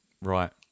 right